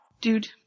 Dude